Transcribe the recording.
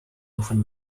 often